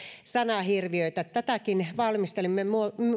sanahirviöitä tätäkin valmistelimme